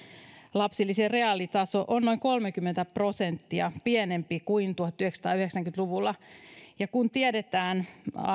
lapsilisien reaalitaso on noin kolmekymmentä prosenttia pienempi kuin tuhatyhdeksänsataayhdeksänkymmentä luvulla ja kun tiedetään